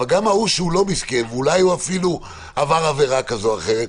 אבל גם זה שהוא לא מסכן ואולי הוא אפילו עבר עבירה כזאת או אחרת,